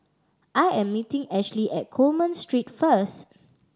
I am meeting Ashly at Coleman Street first